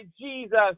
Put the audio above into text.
Jesus